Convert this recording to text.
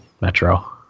Metro